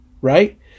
right